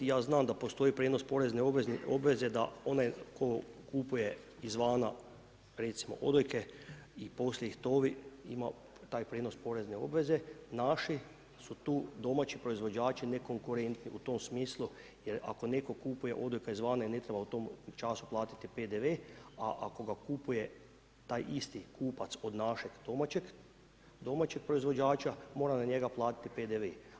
I ja znam da postoji prijenos porezne obveze da onaj tko kupuje izvana recimo odojke i poslije ih tovi ima taj prijenos porezne obveze, naši su tu domaći proizvođači nekonkurentni u tom smislu jer ako netko kupuje odojka izvana i ne treba u tom času platiti PDV a ako ga kupuje, taj isti kupac od našeg domaćeg proizvođača mora na njega platiti PDV.